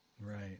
Right